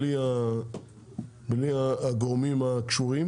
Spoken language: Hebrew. בלי הגורמים הקשורים